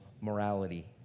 morality